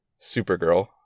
Supergirl